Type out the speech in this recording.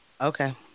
okay